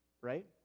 right